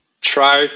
try